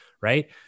right